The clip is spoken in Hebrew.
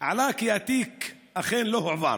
עלה כי התיק אכן לא הועבר.